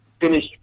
finished